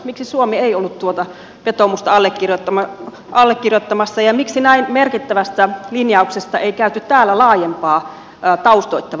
miksi suomi ei ollut tuota vetoomusta allekirjoittamassa ja miksi näin merkittävästä linjauksesta ei käyty täällä laajempaa taustoittavaa keskustelua